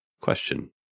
Question